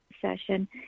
session